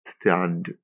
stand